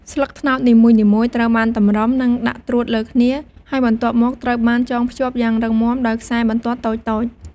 ស្លឹកត្នោតនីមួយៗត្រូវបានតម្រឹម និងដាក់ត្រួតលើគ្នា ហើយបន្ទាប់មកត្រូវបាន ចងភ្ជាប់យ៉ាងរឹងមាំដោយខ្សែបន្ទាត់តូចៗ ។